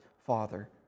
father